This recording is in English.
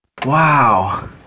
Wow